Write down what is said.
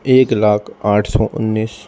ایک لاکھ آٹھ سو انیس